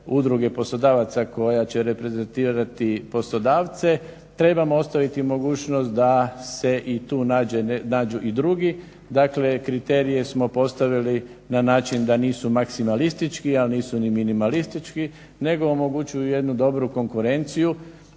Udruge poslodavaca koja će reprezentirati poslodavce trebamo ostaviti mogućnost da se i tu nađu i drugi. Dakle, kriterije smo postavili na način da nisu maksimalistički, a nisu ni minimalistički nego omogućuju jednu dobru konkurenciju.